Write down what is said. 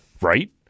right